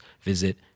visit